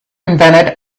invented